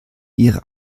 ihre